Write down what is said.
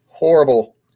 horrible